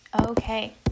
Okay